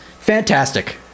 Fantastic